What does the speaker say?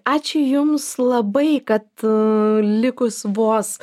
ačiū jums labai kad likus vos